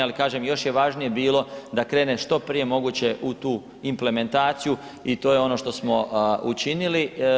Ali kažem, još je važnije bilo da krene što prije moguće u tu implementaciju i to je ono što smo učinili.